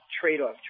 trade-off